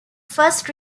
first